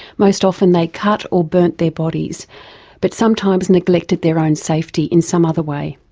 most often they cut or burnt their bodies but sometimes neglected their own safety in some other way.